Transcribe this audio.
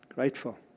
grateful